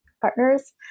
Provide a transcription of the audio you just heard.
partners